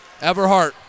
Everhart